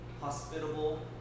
hospitable